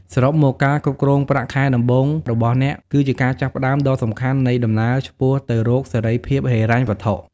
សរុបមក ការគ្រប់គ្រងប្រាក់ខែដំបូងរបស់អ្នក គឺជាការចាប់ផ្ដើមដ៏សំខាន់នៃដំណើរឆ្ពោះទៅរកសេរីភាពហិរញ្ញវត្ថុ។